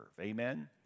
Amen